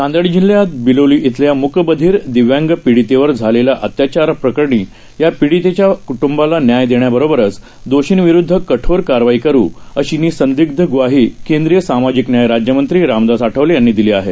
नांदेडजिल्ह्यातबिलोलीइथल्याम्कबधिरदिव्यांगपीडितेवरझालेल्याअत्याचारप्रकरणीपीडितेच्याक्ट्ंबाला न्यायदेण्याबरोबरचदोषींविरुदधकठोरकारवाईकरु अशीनिसंदिग्धग्वाहीकेंद्रीयसामाजिकन्यायराज्यमंत्रीरामदासआठवलेयांनीदिलीआहे